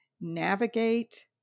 navigate